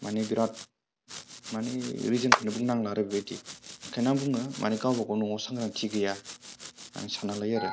माने बिरात माने रिजोनखौनो बुंनांला आरो बेबायदि ओंखायनो आं बुङो माने गावबा गाव न'आव सांग्रांथि गैया माने सानना लायो आरो